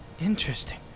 interesting